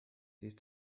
these